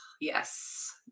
yes